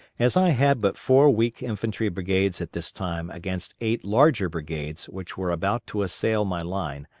as i had but four weak infantry brigades at this time against eight larger brigades which were about to assail my line,